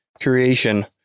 creation